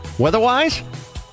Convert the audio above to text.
Weather-wise